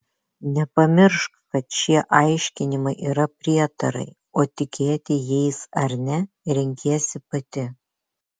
nepamiršk kad šie aiškinimai yra prietarai o tikėti jais ar ne renkiesi pati